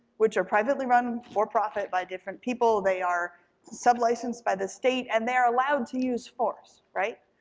which are privately run for profit by different people, they are sub-licensed by the state, and they are allowed to use force, right?